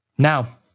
Now